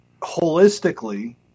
holistically